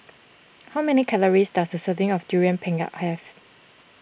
how many calories does a serving of Durian Pengat have